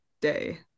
day